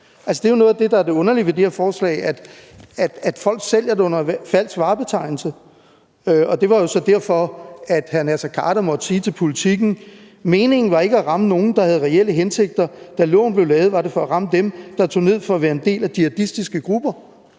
der er det underlige ved det her forslag, nemlig at folk sælger det under falsk varebetegnelse. Det var jo så derfor, at hr. Naser Khader måtte sige til Politiken: »Meningen var ikke at ramme nogen, der havde reelle hensigter. Da loven blev lavet, var det for at ramme dem, der tog ned for at være en del af jihadistiske grupper.«